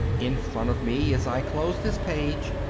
in front of me, as i close this page,